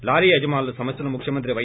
లార్ యజమానుల సమస్వలను ముఖ్యమంత్రి వై